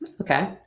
Okay